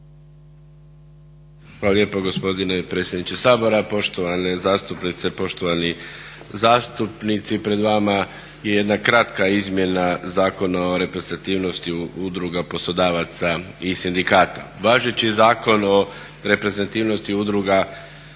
Hvala lijepo gospodine predsjedniče Sabora, poštovane zastupnice, poštovani zastupnici. Pred vama je jedna kratka Izmjena zakona o reprezentativnosti udruga, poslodavaca i sindikata. Važeći Zakon o reprezentativnosti udruga, poslodavaca